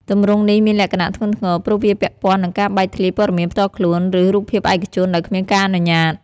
ទម្រង់នេះមានលក្ខណៈធ្ងន់ធ្ងរ ព្រោះវាពាក់ព័ន្ធនឹងការបែកធ្លាយព័ត៌មានផ្ទាល់ខ្លួន ឬរូបភាពឯកជនដោយគ្មានការអនុញ្ញាត។